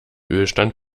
ölstand